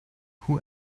who